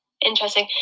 interesting